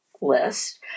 list